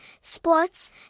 sports